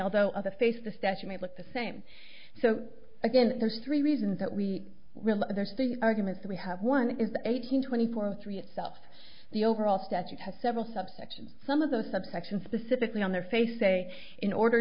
although of the face the statue might look the same so again there's three reasons that we really there's the arguments we have one is eighteen twenty four three itself the overall statute has several subsection some of the subsection specifically on their face say in order